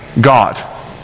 God